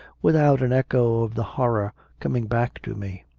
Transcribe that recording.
without an echo of the horror coming back to me.